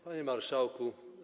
Panie Marszałku!